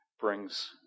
brings